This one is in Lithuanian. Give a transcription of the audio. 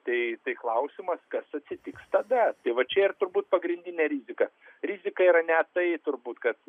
tai tai klausimas kas atsitiks tada tai vat čia ir turbūt pagrindinė rizika rizika yra ne tai turbūt kad